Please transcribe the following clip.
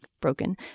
broken